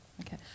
Okay